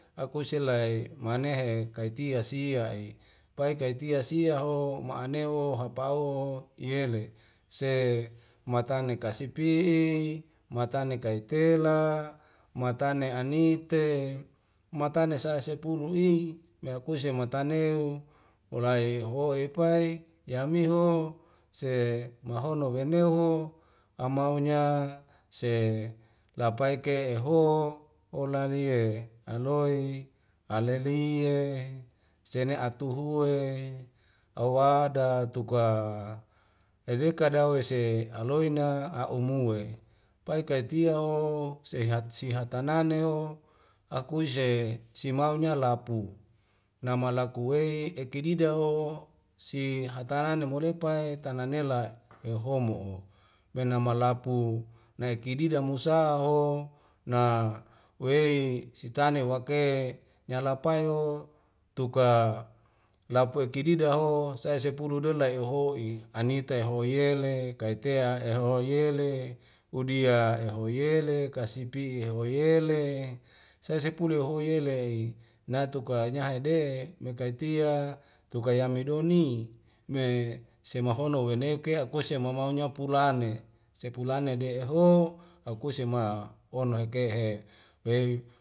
Akuse lae manehe kaitia sia'i pai kai tia sia ho ma'ane ho hapao o yele se matane kase pi'i matane kaitela matane anite matane sa'esepulu i me akuse mataneu walai ho'e pai yamihu se maohono weneu hu amaunya se lapaik ke eho holalie aloi alelie esene atuhuwe awada tuka hede kadawese aloina a'u mue pai kai tia ho sehat sihat tanane o akuse simaunya lapu namala kuwei ekidida o si hataran ne molepa e tana nela e;hohomo'o benamalapu nai kididam musa a o na wei sitane wake ke nyalapai o tuka lapueki dida ho sai sepulu donlai oho'i anite hoyele kaitea ehoi yele hudia a ehoyele kasipi houyele sae sepulu le hoyelei natuka nyahede me kaitia tukai yamidoni me semahono weneuke akuese mamaunya pulane sepulane de'eho hakuse ma onlaik kehe weiip